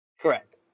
Correct